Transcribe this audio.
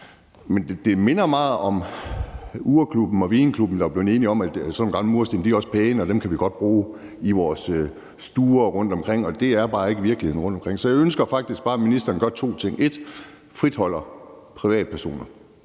Men det virker meget, som om det er urklubben og vinklubben, der er blevet enige om, at sådan nogle gamle mursten også er pæne, og at man godt kan bruge dem i sine stuer rundtomkring, men det er bare ikke virkeligheden rundtomkring. Så jeg ønsker faktisk bare, at ministeren gør to ting, nemlig at han